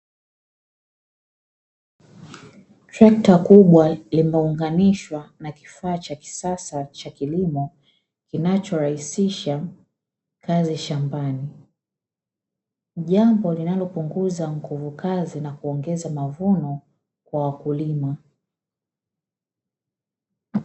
Trekta kubwa limeunganishwa na kifaa cha kisasa cha kilimo kinachorahisisha kazi shambani, jambo linalopunguza nguvu kazi na kuongeza mavuno kwa wakulima.